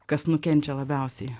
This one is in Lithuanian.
kas nukenčia labiausiai